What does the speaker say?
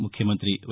ముఖ్యమంత్రి వై